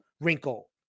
wrinkle